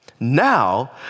Now